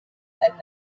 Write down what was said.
and